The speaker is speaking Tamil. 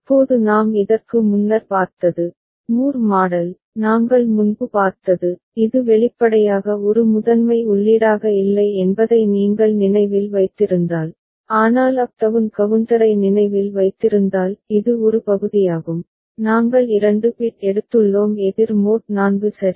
இப்போது நாம் இதற்கு முன்னர் பார்த்தது மூர் மாடல் நாங்கள் முன்பு பார்த்தது இது வெளிப்படையாக ஒரு முதன்மை உள்ளீடாக இல்லை என்பதை நீங்கள் நினைவில் வைத்திருந்தால் ஆனால் அப் டவுன் கவுண்டரை நினைவில் வைத்திருந்தால் இது ஒரு பகுதியாகும் நாங்கள் 2 பிட் எடுத்துள்ளோம் எதிர் மோட் 4 சரி